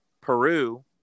Peru